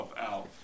out